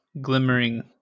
glimmering